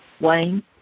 wayne